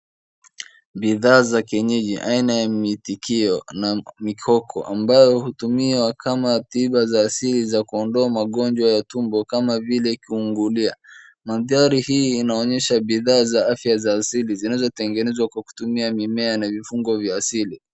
Bidhaa za kienyeji aina ya mitikio na mikoko ambayo hutumiwa kama tiba za asili za kuondoa magonjwa ya tumbo kama vile kiungulia. Madhari hii inaonyesha bidhaa za afya za asili zinazotengenezwa kwa kutumia mimea na vifungo vya asili.